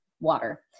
water